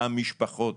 המשפחות